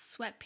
sweatpants